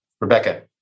Rebecca